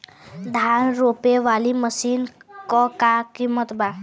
धान रोपे वाली मशीन क का कीमत बा?